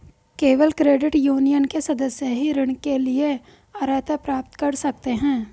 केवल credit union के सदस्य ही ऋण के लिए अर्हता प्राप्त कर सकते हैं